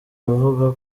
avuga